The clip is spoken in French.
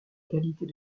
qualités